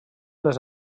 les